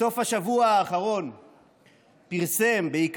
בסוף השבוע האחרון פרסם מיליארדר אלמוני,